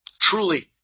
truly